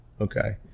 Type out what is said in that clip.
Okay